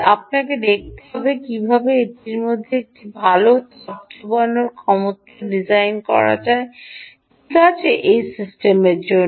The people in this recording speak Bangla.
ও আপনাকে দেখতে হবে কীভাবে এটির জন্য একটি ভাল তাপ কম ক্ষমতা ডিজাইন করা যায় ঠিক আছে এই সিস্টেমের জন্য